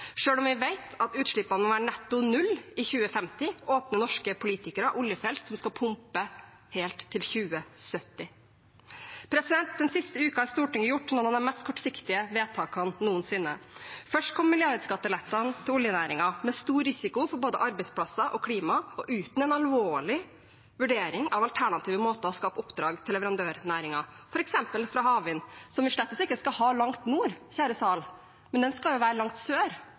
om vi vet at utslippene må være netto null i 2050, åpner norske politikere oljefelt som skal pumpe helt til 2070. Den siste uken har Stortinget gjort noen av de mest kortsiktige vedtakene noensinne. Først kom milliardskattelettelsene til oljenæringen, med stor risiko for både arbeidsplasser og klima og uten en alvorlig vurdering av alternative måter å skape oppdrag til leverandørnæringen på – f.eks. fra havvind, som vi slett ikke skal ha langt nord, kjære sal, men